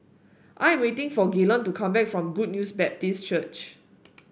I am waiting for Gaylon to come back from Good News Baptist Church